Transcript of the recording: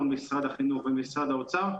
מול משרד החינוך ומשרד האוצר,